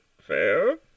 fair